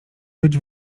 być